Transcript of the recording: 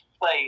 play